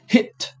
Hit